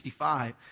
1965